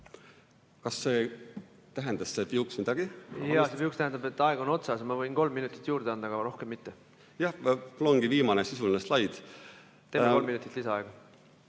juurde anda, aga rohkem mitte. Jaa, see piiks tähendab, et aeg on otsas. Ma võin kolm minutit juurde anda, aga rohkem mitte. Jah, mul ongi viimane sisuline slaid. Teeme kolm minutit lisaaega.